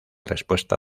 respuesta